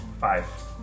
Five